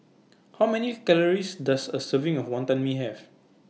How Many Calories Does A Serving of Wantan Mee Have